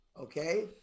Okay